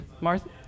martha